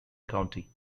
county